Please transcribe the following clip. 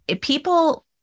people